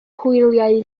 hwyliau